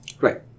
Right